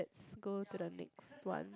go to the next one